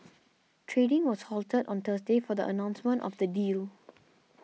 trading was halted on Thursday for the announcement of the deal